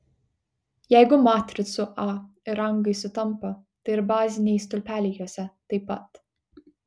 jeigu matricų a ir rangai sutampa tai ir baziniai stulpeliai jose taip pat